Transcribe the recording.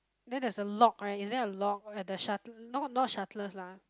then there is a lock right is there a lock at the shuttle not not shuttlers lah